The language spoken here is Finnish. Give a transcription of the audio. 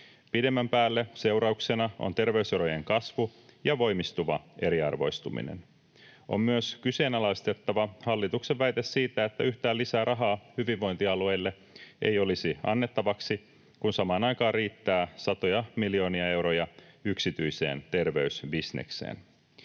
Pidemmän päälle seurauksena on terveyserojen kasvu ja voimistuva eriarvoistuminen. On myös kyseenalaistettava hallituksen väite siitä, että yhtään lisää rahaa hyvinvointialueille ei olisi annettavaksi, kun samaan aikaan riittää satoja miljoonia euroja yksityiseen terveysbisnekseen.